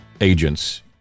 agents